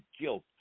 guilt